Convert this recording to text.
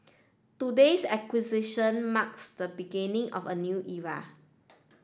today's acquisition marks the beginning of a new era